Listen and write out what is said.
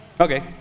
okay